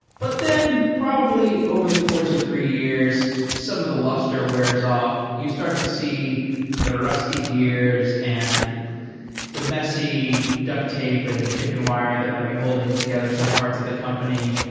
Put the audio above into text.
but then probably over the course of three years, some of the luster wears off. you start to see the rusty years and the messy duct tape and chicken wire that might be holding together some parts of the company.